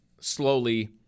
slowly